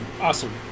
Awesome